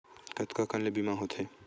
कतका कन ले बीमा होथे?